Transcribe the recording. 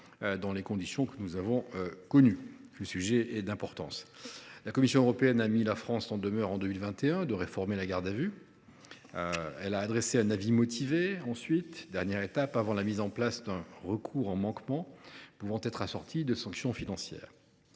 dans les conditions où nous l’avons fait, car le sujet est d’importance. En 2021, la Commission européenne a mis la France en demeure de réformer la garde à vue, avant d’adresser un avis motivé, dernière étape avant la mise en place d’un recours en manquement pouvant être assorti de sanctions financières.